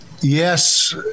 yes